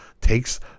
takes